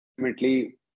ultimately